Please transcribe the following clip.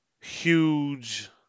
huge